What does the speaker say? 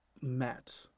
met